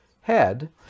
head